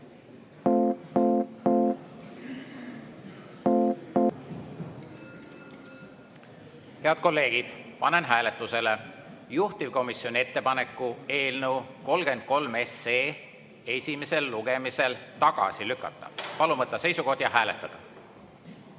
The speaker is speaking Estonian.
Head kolleegid, panen hääletusele juhtivkomisjoni ettepaneku eelnõu 81 esimesel lugemisel tagasi lükata. Palun võtta seisukoht ja hääletada!